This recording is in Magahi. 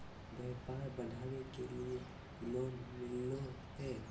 व्यापार बढ़ावे के लिए लोन मिलो है?